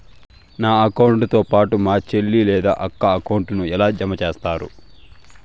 నా అకౌంట్ తో పాటు మా చెల్లి లేదా అక్క అకౌంట్ ను ఎలా జామ సేస్తారు?